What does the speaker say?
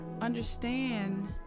understand